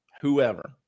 whoever